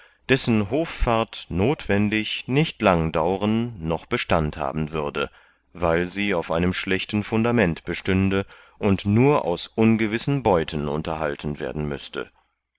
dessen hoffart notwendig nicht lang dauren noch bestand haben würde weil sie auf einem schlechten fundament bestünde und nur aus ungewissen beuten unterhalten werden müßte